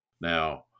Now